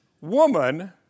woman